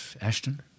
Ashton